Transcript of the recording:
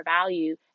value